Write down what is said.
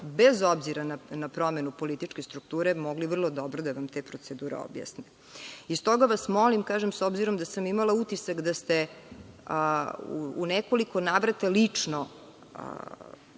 bez obzira na promenu političke strukture, mogli vrlo dobro da vam te procedure objasne. Stoga vas molim, opet kažem, s obzirom da sam imala utisak da ste u nekoliko navrata lično